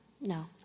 no